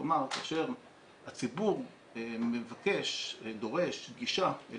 כלומר כאשר הציבור מבקש ודורש גישה אל